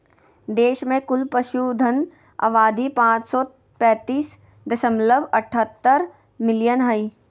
देश में कुल पशुधन आबादी पांच सौ पैतीस दशमलव अठहतर मिलियन हइ